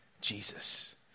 Jesus